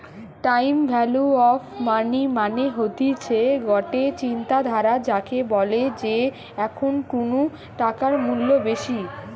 time value of money মানে হতিছে গটে চিন্তাধারা যাকে বলে যে এখন কুনু টাকার মূল্য বেশি